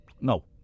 No